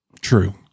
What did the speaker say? True